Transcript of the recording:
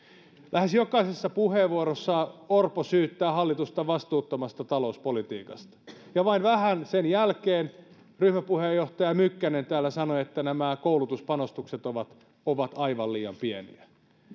lähes jokaisessa puheenvuorossaan orpo syyttää hallitusta vastuuttomasta talouspolitiikasta ja vain vähän sen jälkeen ryhmäpuheenjohtaja mykkänen täällä sanoi että nämä koulutuspanostukset ovat ovat aivan liian pieniä